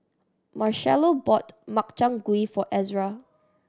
Marchello bought Makchang Gui for Ezra